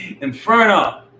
Inferno